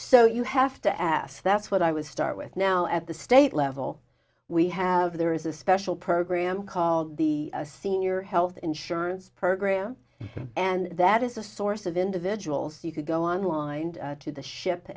so you have to ask that's what i was start with now at the state level we have there is a special program called the senior health insurance program and that is a source of individuals you can go online to the ship